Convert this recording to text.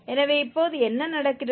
எனவே இப்போது என்ன நடக்கிறது